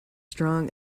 strong